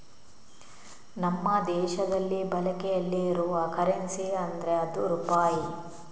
ನಮ್ಮ ದೇಶದಲ್ಲಿ ಬಳಕೆಯಲ್ಲಿ ಇರುವ ಕರೆನ್ಸಿ ಅಂದ್ರೆ ಅದು ರೂಪಾಯಿ